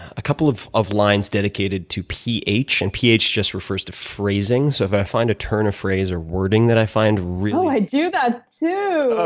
a couple of of lines dedicated to ph, and ph just refers to phrasing. so, if i find a turn of phrase or wording that i find really oh, i do that, yeah too.